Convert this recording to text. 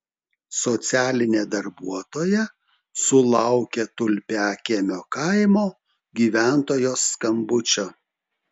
socialinė darbuotoja sulaukė tulpiakiemio kaimo gyventojos skambučio